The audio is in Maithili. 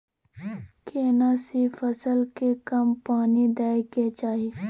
केना सी फसल के कम पानी दैय के चाही?